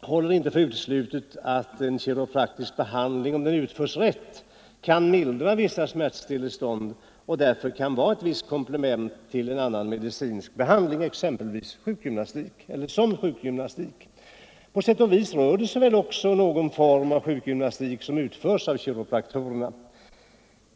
håller för uteslutet att en kiropraktisk behandling som utförs riktigt kan mildra vissa smärttillstånd och därför kan vara ett visst komplement till annan medicinsk behandling, exempelvis sjukgymnastik. På sätt och vis rör det sig väl också om någon form av sjukgymnastik som utförs av kiropraktorerna.